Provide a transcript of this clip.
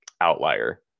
outlier